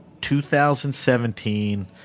2017